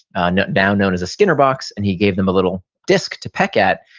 and now known as a skinner box, and he gave them a little disc to peck at,